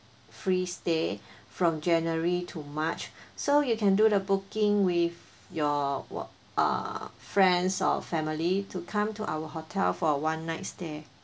free stay from january to march so you can do the booking with your what uh friends or family to come to our hotel for one night stay